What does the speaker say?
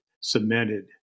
cemented